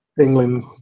England